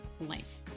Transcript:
life